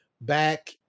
back